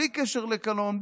בלי קשר לקלון,